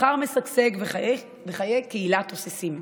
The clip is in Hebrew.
מסחר משגשג וחיי קהילה תוססים.